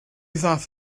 ddaeth